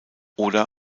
oder